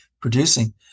Producing